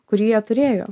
kurį jie turėjo